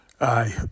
Aye